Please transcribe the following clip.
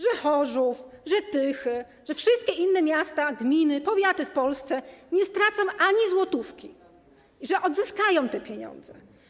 Że Chorzów, że Tychy, że wszystkie inne miasta, gminy i powiaty w Polsce nie stracą ani złotówki, że odzyskają te pieniądze?